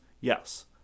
yes